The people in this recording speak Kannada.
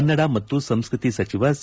ಕನ್ನಡ ಮತ್ತು ಸಂಸ್ಕೃತಿ ಸಚಿವ ಸಿ